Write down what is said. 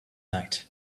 night